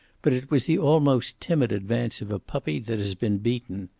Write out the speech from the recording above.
but it was the almost timid advance of a puppy that has been beaten.